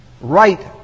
right